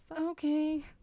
Okay